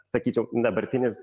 sakyčiau dabartinis